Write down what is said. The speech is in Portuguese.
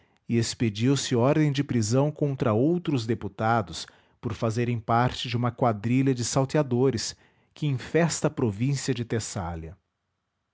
e expediu se ordem de prisão contra outros deputados por fazerem parte de uma quadrilha de www nead unama br salteadores que infesta a província de